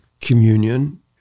communion